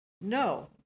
No